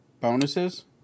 bonuses